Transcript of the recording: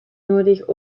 nodig